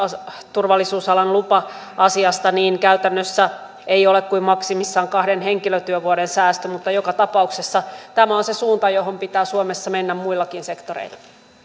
viidestätoistatuhannesta lupa asiasta niin käytännössä se ei ole kuin maksimissaan kahden henkilötyövuoden säästö mutta joka tapauksessa tämä on se suunta johon pitää suomessa mennä muillakin sektoreilla